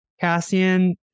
Cassian